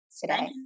today